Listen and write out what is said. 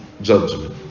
judgment